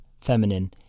feminine